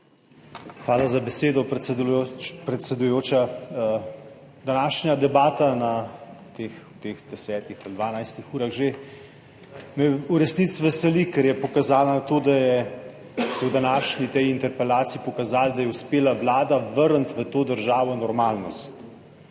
Hvala za besedo, predsedujoča. Današnja debata v teh desetih ali dvanajstih urah že me v resnici veseli, ker je pokazala na to, da se je v današnji tej interpelaciji pokazalo, da je uspela Vlada vrniti v to državo normalnost.